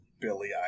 Billy